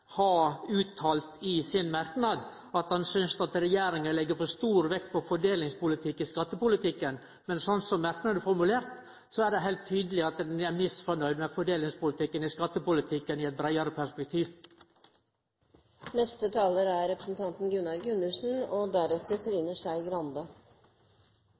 har uttalt i merknaden sin at han synest at regjeringa legg for stor vekt på fordelingspolitikk i skattepolitikken, men sånn som merknaden er formulert, er det heilt tydeleg at ein er misnøgd med fordelingspolitikken i skattepolitikken i eit breiare perspektiv. Det er greit å konstatere at Aksel Hagen og